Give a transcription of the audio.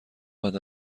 بعد